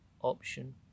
option